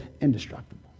indestructible